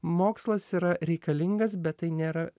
mokslas yra reikalingas bet tai nėra